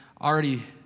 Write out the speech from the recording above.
already